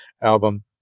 album